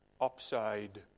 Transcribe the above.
upside